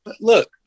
look